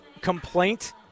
complaint